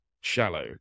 shallow